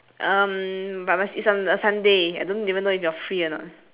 um but must it's on a sunday I don't even know if you are free or not